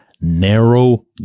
narrow